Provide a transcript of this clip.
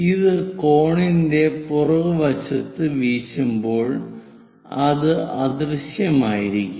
ഇത് കോണിന്റെ പുറകുവശത്ത് വീശുമ്പോൾ അത് അദൃശ്യമായിരിക്കും